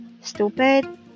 stupid